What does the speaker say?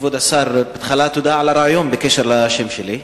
כבוד השר, בהתחלה, תודה על הרעיון בקשר לשם שלי.